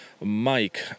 Mike